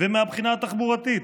מהבחינה התחבורתית,